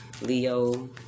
Leo